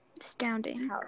astounding